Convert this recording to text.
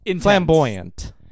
flamboyant